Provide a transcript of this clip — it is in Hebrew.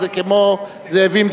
זה כמו "זאבים,